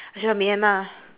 she from myanmar